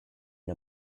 and